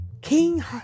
King